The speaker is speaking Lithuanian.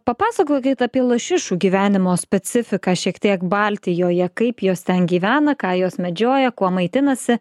papasakokit apie lašišų gyvenimo specifiką šiek tiek baltijoje kaip jos ten gyvena ką jos medžioja kuo maitinasi